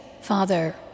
Father